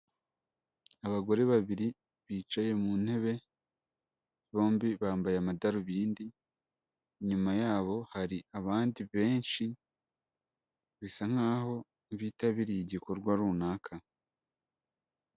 Abagore babiri bicaye mu ntebe, bombi bambaye amadarubindi, inyuma yabo hari abandi benshi bisa nkaho bitabiriye igikorwa runaka.